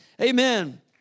Amen